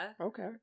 Okay